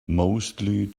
mostly